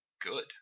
good